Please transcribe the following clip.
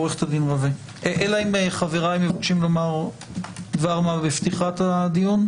עורכת הדין רווה אלא אם כן חבריי מבקשים לומר דבר מה בפתיחת הדיון?